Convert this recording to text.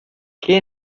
qué